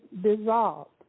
dissolved